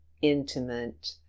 intimate